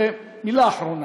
ומילה אחרונה.